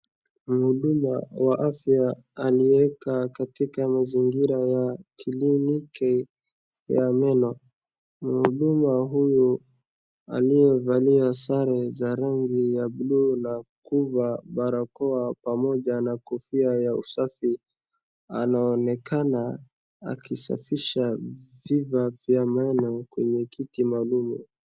Mhuduma wa afya alieka katika mazingira ya kiliniki ya meno mhuduma huyu aliyevalia sare za rangi ya blue nakuva barakoa pamoja na kofia ya usafi .Anaonekana akisafisha vifaa vya meno kwenye kiti maalum.